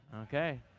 Okay